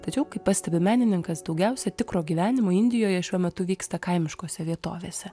tačiau kaip pastebi menininkas daugiausia tikro gyvenimo indijoje šiuo metu vyksta kaimiškose vietovėse